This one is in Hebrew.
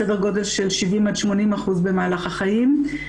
סדר גודל של 70% עד 80% במהלך החיים.